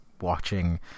watching